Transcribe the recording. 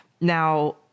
Now